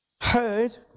heard